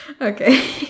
Okay